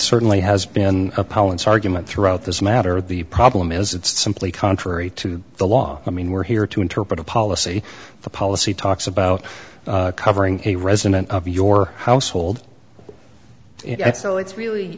certainly has been a poet's argument throughout this matter the problem is it's simply contrary to the law i mean we're here to interpret a policy the policy talks about covering a resident of your household so it's really